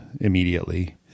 immediately